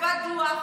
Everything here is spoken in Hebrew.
כתבה דוח,